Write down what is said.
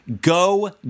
Go